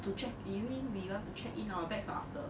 to check you mean we want to check in our bags or after